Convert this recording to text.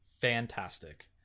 fantastic